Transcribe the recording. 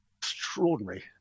extraordinary